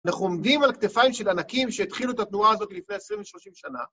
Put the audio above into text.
אנחנו עומדים על כתפיים של ענקים שהתחילו את התנועה הזאת לפני 20-30 שנה.